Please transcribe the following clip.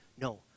No